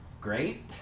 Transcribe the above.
great